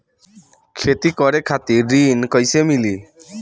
खेती करे खातिर ऋण कइसे मिली?